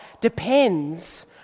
depends